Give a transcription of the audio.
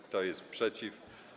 Kto jest przeciw?